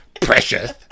precious